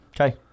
Okay